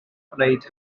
gwneud